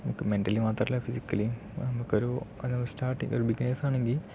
നമുക്ക് മെന്റലി മാത്രമല്ല ഫിസിക്കലിയും നമുക്കൊരു സ്റ്റാർട്ട് ബിഗിനേഴ്സ് ആണെങ്കിൽ